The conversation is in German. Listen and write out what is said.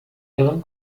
ihren